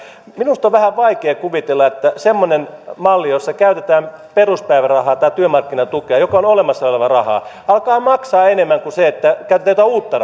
minusta on vähän vaikea kuvitella että semmoinen malli jossa käytetään peruspäivärahaa tai työmarkkinatukea joka on olemassa oleva rahaa alkaa maksaa enemmän kuin se että käytetään uutta